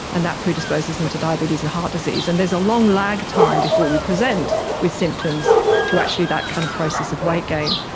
and that predisposes them to diabetes and heart disease, and there's a long lag time before you present with symptoms to actually that kind of process of weight gain.